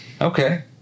Okay